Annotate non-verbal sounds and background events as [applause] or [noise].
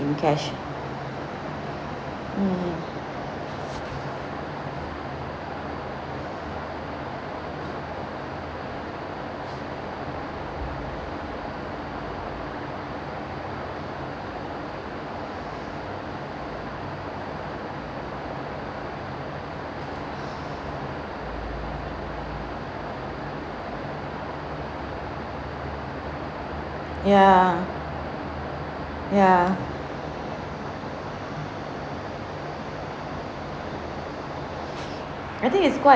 in cash mm [breath] ya ya I think it's quite